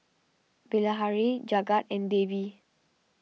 Bilahari Jagat and Devi